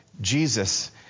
Jesus